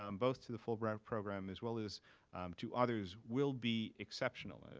um both to the fulbright program, as well as to others, will be exceptional.